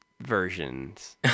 versions